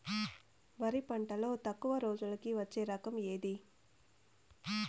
వరి పంటలో తక్కువ రోజులకి వచ్చే రకం ఏది?